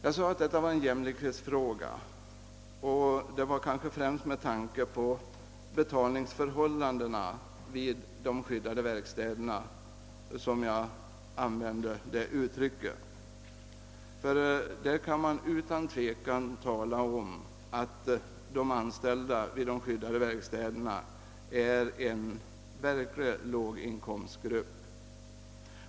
Jag sade att detta var en jämlikhetsfråga, och det var kanske främst med tanke på betalningsförhållandena vid de skyddade verkstäderna som jag använde det uttrycket. Man kan utan tvivel tala om att de anställda vid de skyddade verkstäderna utgör en verklig låginkomstgrupp.